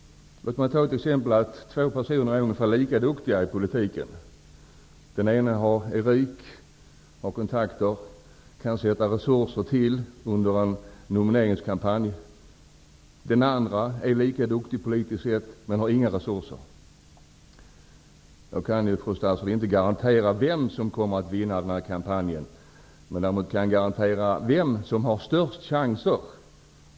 Vi kan ta två personer som är ungefär lika duktiga i politiken som exempel. Den ena är rik, har kontakter och kan sätta till resurser under en nomineringskampanj. Den andra är lika duktig politiskt sett men har inga resurser. Jag kan inte, fru statsråd, garantera vem som kommer att vinna kampanjen, men däremot kan jag garantera vem som har störst chanser.